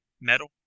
metal